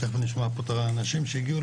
תכף נשמע פה את האנשים שהגיעו,